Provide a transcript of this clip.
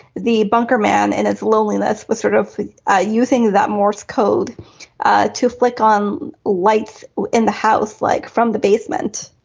the bunker man. and it's lonely and that's the sort of ah you think that morse code to flick on lights in the house like from the basement.